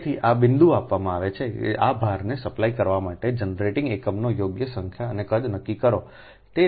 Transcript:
તેથી આ બિંદુ આપવામાં આવે છે કે આ ભારને સપ્લાય કરવા માટે જનરેટિંગ એકમોની યોગ્ય સંખ્યા અને કદ નક્કી કરો